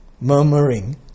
Murmuring